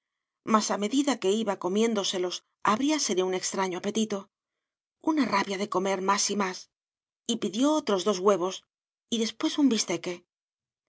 mas a medida que iba comiéndoselos abríasele un extraño apetito una rabia de comer más y más y pidió otros dos huevos y después un bisteque